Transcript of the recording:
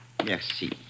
Merci